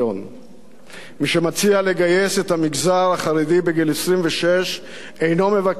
מי שמציע לגייס את המגזר החרדי בגיל 26 אינו מבקש שינוי היסטורי,